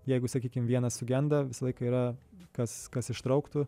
jeigu sakykim vienas sugenda visą laiką yra kas kas ištrauktų